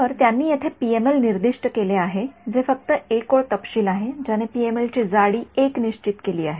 तर त्यांनी येथे पीएमएल निर्दिष्ट केले आहे जे फक्त एक ओळ तपशील आहे ज्याने पीएमएल ची जाडी १ निश्चित केली आहे